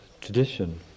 tradition